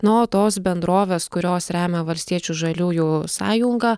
na o tos bendrovės kurios remia valstiečių žaliųjų sąjungą